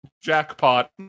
jackpot